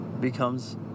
becomes